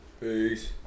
Peace